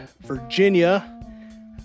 Virginia